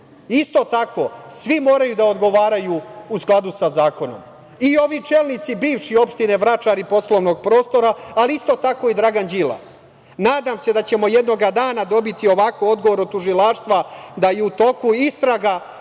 Isto tako, svi moraju da odgovaraju u skladu sa zakonom, i ovi bivši čelnici opštine Vračar i poslovnog prostora, ali isto tako i Dragan Đilas. Nadam se da ćemo jednog dana dobiti ovakav odgovor od Tužilaštva, da je u toku istraga